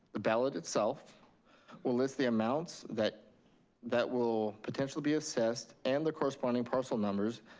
the ballot itself will list the amounts that that will potentially be assessed, and the corresponding parcel numbers,